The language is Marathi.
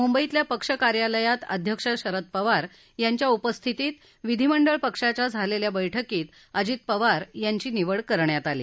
मुंबईतल्या पक्ष कार्यालयात अध्यक्ष शरद पवार यांच्या उपस्थितीत विधीमंडळ पक्षाच्या झालेल्या बैठकीत अजित पवार यांची निवड करण्यात आली